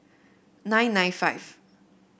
nine nine five